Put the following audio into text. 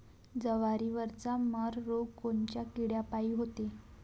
जवारीवरचा मर रोग कोनच्या किड्यापायी होते?